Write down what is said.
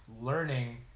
learning